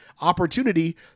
opportunity